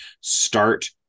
start